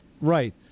Right